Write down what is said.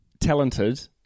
talented